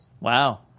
Wow